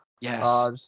Yes